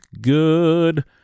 good